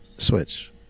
Switch